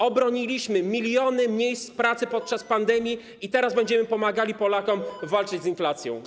Obroniliśmy miliony miejsc pracy podczas pandemii i teraz będziemy pomagali Polakom walczyć z inflacją.